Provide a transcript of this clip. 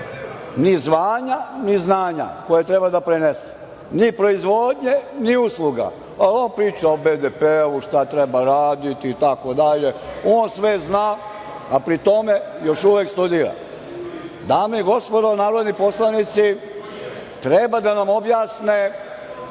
Ni zvanja, ni znanja koje treba da prenese. Ni proizvodnje, ni usluga. On priča o BDP-u, šta treba raditi itd. On sve zna, a pri tome još uvek studira. Dame i gospodo narodni poslanici, treba da nam objasne